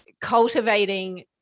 cultivating